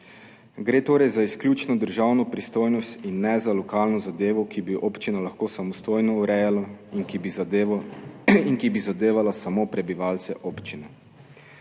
Gre torej za izključno državno pristojnost in ne za lokalno zadevo, ki bi jo občina lahko samostojno urejala in ki bi zadevo in ki bi zadevala samo prebivalce občine